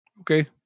Okay